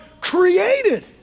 created